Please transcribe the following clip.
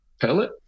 pellet